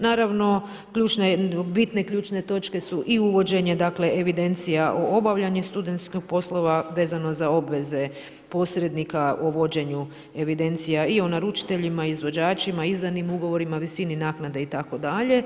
Naravno ključna, bitne ključne točke su i uvođenje evidencija o obavljanju studentskih poslova vezano za obveze posrednika o vođenju evidencija i o naručiteljima, izvođačima, izdanim ugovorima, visini naknade itd.